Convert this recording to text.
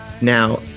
Now